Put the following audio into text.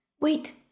Wait